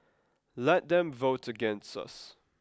let them vote against us